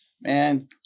man